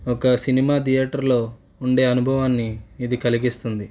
ఒక సినిమా థియేటర్లో ఉండే అనుభవాన్ని ఇది కలిగిస్తుంది